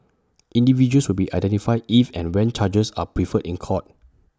individuals will be identified if and when charges are preferred in court